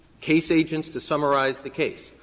case agents, to summarize the case.